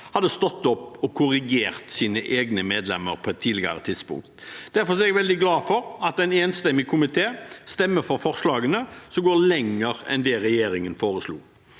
hadde stått opp og korrigert sine egne medlemmer på et tidligere tidspunkt. Derfor er jeg veldig glad for at en enstemmig komité stemmer for forslagene, som går lenger enn det regjeringen foreslo.